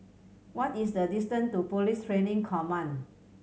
what is the distance to Police Training Command